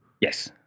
Yes